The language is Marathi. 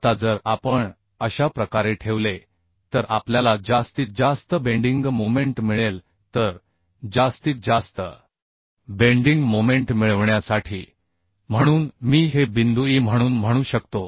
आता जर आपण अशा प्रकारे ठेवले तर आपल्याला जास्तीत जास्त बेंडिंग मोमेंट मिळेल तर जास्तीत जास्त बेंडिंग मोमेंट मिळविण्यासाठी म्हणून मी हे बिंदू E म्हणून म्हणू शकतो